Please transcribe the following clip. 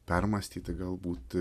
permąstyti galbūt